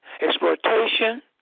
exploitation